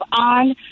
on